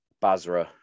Basra